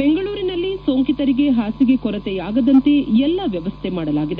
ಬೆಂಗಳೂರಿನಲ್ಲಿ ಸೋಂಕಿತರಿಗೆ ಹಾಸಿಗೆ ಕೊರತೆಯಾಗದಂತೆ ಎಲ್ಲ ವ್ಯವಸ್ಥೆ ಮಾಡಲಾಗಿದೆ